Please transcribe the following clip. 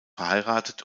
verheiratet